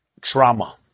Trauma